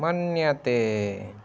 मन्यते